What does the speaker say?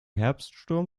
herbststurm